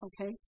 Okay